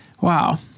Wow